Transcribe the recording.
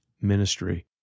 ministry